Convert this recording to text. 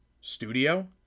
studio